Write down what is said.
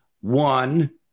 one